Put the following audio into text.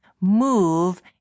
move